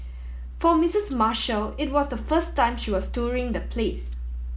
for Missus Marshall it was the first time she was touring the place